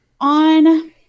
on